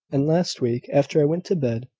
and last week, after i went to bed,